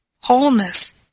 wholeness